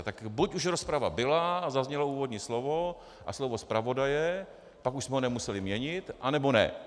Tak buď už rozprava byla a zaznělo úvodní slovo a slovo zpravodaje, pak už jsme ho nemuseli měnit, anebo ne.